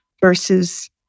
versus